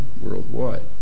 worldwide